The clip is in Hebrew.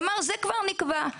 כלומר זה כבר נקבע.